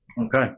Okay